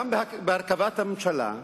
גם בהרכבת הממשלה,